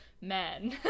men